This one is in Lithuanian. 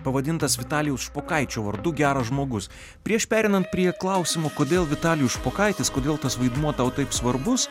pavadintas vitalijaus špokaičio vardu geras žmogus prieš pereinant prie klausimo kodėl vitalijus špokaitis kodėl tas vaidmuo tau taip svarbus